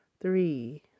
three